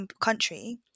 country